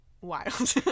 wild